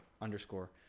underscore